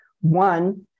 one